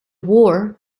war